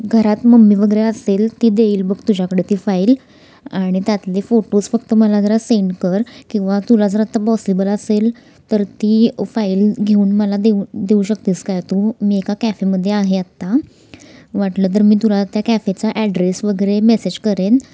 घरात मम्मी वगैरे असेल ती देईल बग तुझ्याकडे ती फाईल आणि त्यातले फोटोज फक्त मला जरा सेंड कर किंवा तुला जर आत्ता पॉसिबल असेल तर ती फाईल घेऊन मला देऊ देऊ शकतेस काय तू मी एका कॅफेमध्ये आहे आत्ता वाटलं तर मी तुला त्या कॅफेचा ॲड्रेस वगैरे मेसेज करेन